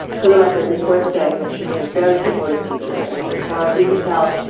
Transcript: for the record, it's worth saying that she has a very supportive teacher, and as far as we can tell,